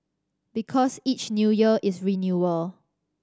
because each New Year is renewal